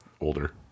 older